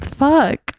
fuck